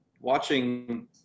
watching